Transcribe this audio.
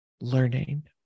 learning